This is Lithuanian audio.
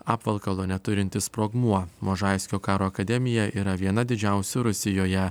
apvalkalo neturintis sprogmuo možaiskio karo akademija yra viena didžiausių rusijoje